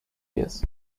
years